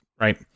right